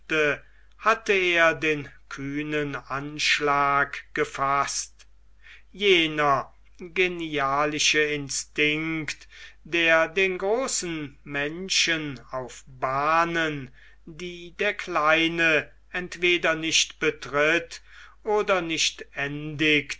hatte er den kühnen anschlag gefaßt jener genialische instinkt der den großen menschen auf bahnen die der kleine entweder nicht betritt oder nicht endigt